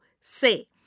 say